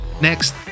Next